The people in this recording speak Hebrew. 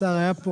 השר היה פה,